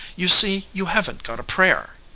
you see you haven't got a prayer.